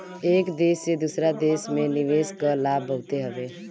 एक देस से दूसरा देस में निवेश कअ लाभ बहुते हवे